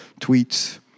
tweets